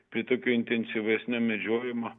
tai tokio intensyvesnio medžiojimo